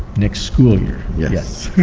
next school year, yes. yes.